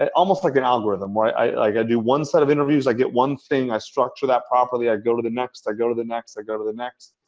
and almost like an algorithm. i i do one side of interviews, i get one thing. i structure that properly. i go to the next. i go to the next. i go to the next.